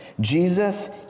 Jesus